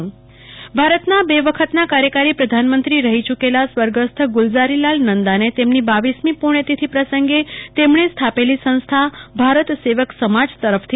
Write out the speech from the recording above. કલ્પના શાહ્ ભારતના બે વ્રખત કાર્યકારી પ્રધાનમંત્રી રફી ચુકેલા સ્વ ગુલઝારીલાલ નેદાને તેમની રરમી પુણ્યતિથિ પ્રસંગે તેમણે સ્થાપેલી સંસ્થા ભારત સેવક સમાજ તેરફથી